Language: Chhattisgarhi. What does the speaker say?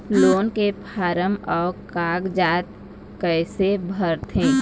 लोन के फार्म अऊ कागजात कइसे भरथें?